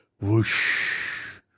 Whoosh